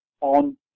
on